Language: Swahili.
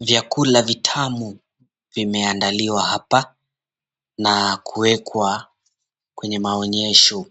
Vyakula vitamu vimeandaliwa hapa na kuwekwa kwenye maonyesho.